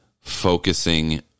focusing